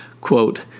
quote